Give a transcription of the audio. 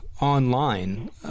online